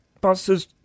buses